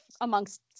amongst